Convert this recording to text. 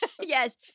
Yes